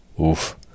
Oof